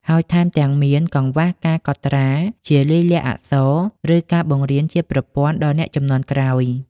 ហើយថែមទាំងមានកង្វះការកត់ត្រាជាលាយលក្ខណ៍អក្សរ ឬការបង្រៀនជាប្រព័ន្ធដល់អ្នកជំនាន់ក្រោយ។